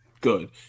good